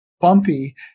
bumpy